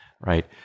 right